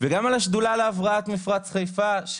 וגם על השדולה להבראת מפרץ חיפה.